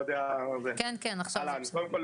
לא רוצה להתייחס לתקנות הספציפיות,